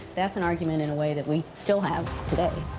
that's an argument in a way that we still have today.